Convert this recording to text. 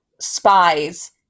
spies